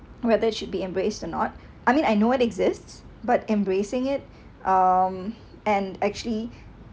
rather should be embraced or not I mean I know it exists but embracing it um and actually